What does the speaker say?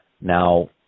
now